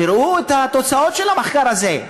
תראו את התוצאות של המחקר הזה,